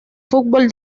fútbol